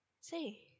see